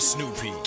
Snoopy